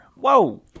Whoa